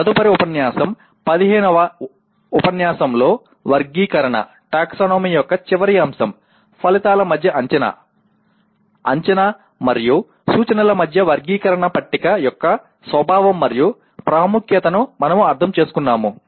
తదుపరి ఉపన్యాసం 15 వ ఉపన్యాసంలో వర్గీకరణ యొక్క చివరి అంశం ఫలితాల మధ్య అంచనా అంచనా మరియు సూచనల మధ్య వర్గీకరణ పట్టిక యొక్క స్వభావం మరియు ప్రాముఖ్యతను మనము అర్థం చేసుకున్నాము